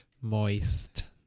moist